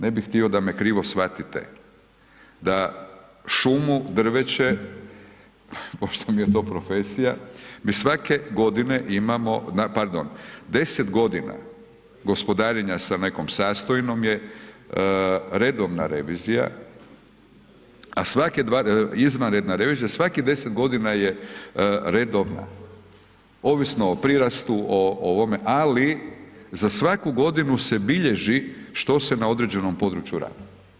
Ne bih htio da me krivo shvatite, da šumu, drveće, pošto mi je to profesija, mi svake godine imamo na, pardon, 10 godina gospodarenja sa nekom sastojnom je redovna revizija, a svake, izvanredna revizija, a svakih 10 godina je redovna, ovisno o prirastu, o ovome, ali za svaku godinu se bilježi što se na određenom području radi.